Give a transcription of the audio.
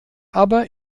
aber